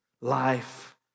life